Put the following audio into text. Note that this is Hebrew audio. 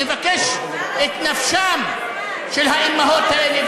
לבקש את נפשן של האימהות האלה,